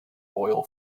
oil